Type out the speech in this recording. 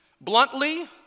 bluntly